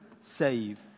save